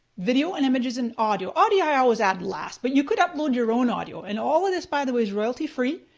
video and images and audio, audio i always add last but you could upload your own audio. and all of this, by the way, is royalty free.